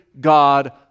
God